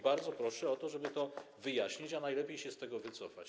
Bardzo proszę o to, żeby to wyjaśnić, a najlepiej się z tego wycofać.